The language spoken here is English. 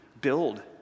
build